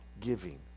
giving